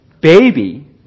baby